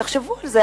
תחשבו על זה,